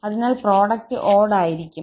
അതിനാൽ product odd ആയിരിക്കും